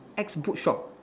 X bookshop